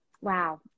wow